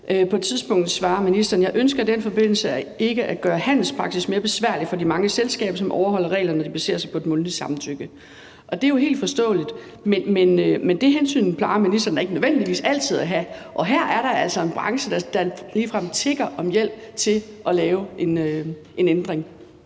På et tidspunkt svarer ministeren: Jeg ønsker i den forbindelse ikke at gøre handelspraksis mere besværlig for de mange selskaber, som overholder reglerne, når de baserer sig på et mundtligt samtykke. Det er jo helt forståeligt, men det hensyn plejer ministeren da ikke nødvendigvis altid at tage, og her er der altså en branche, der ligefrem tigger om hjælp til at lave en ændring.